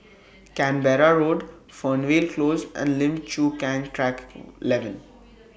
Canberra Road Fernvale Close and Lim Chu Kang Track eleven